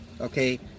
okay